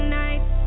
nights